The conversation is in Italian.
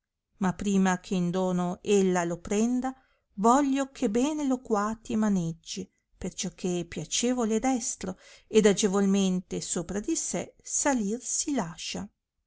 ma prima che in dono ella lo prenda voglio che bene lo guati e maneggi perciò che è piacevole e destro ed agevolmente sopra di sé salir si lascia